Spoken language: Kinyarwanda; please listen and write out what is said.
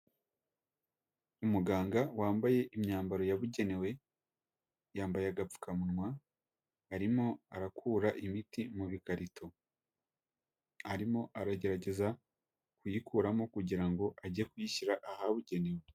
Umuganga wambaye imyambaro yabugenewe yambaye agapfukamunwa, arimo arakura imiti mu bikarito arimo aragerageza kuyikuramo kugira ngo ajye kuyishyira ahabugenewe.